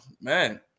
Man